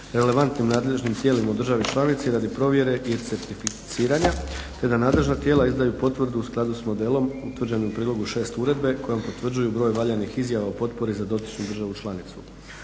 relevantnim nadležnim tijelima u državi članici radi provjere i certificiranja te da nadležna tijela izdaju potvrdu u skladu s modelom utvrđenim u prijedlogu 6. uredbe kojom potvrđuju broj valjanih izjava o potpori za dotičnu državu članicu.